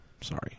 sorry